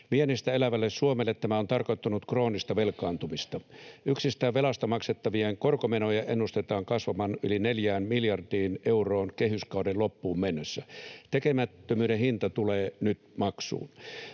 Viennistä elävälle Suomelle tämä on tarkoittanut kroonista velkaantumista. Yksistään velasta maksettavien korkomenojen ennustetaan kasvavan yli neljään miljardiin euroon kehyskauden loppuun mennessä. Tekemättömyyden hinta tulee nyt maksuun.